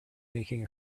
making